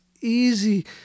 easy